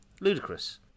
ludicrous